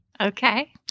Okay